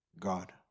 God